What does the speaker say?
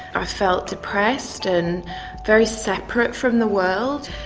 i felt depressed and very separate from the world.